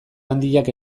handiak